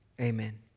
amen